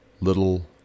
Little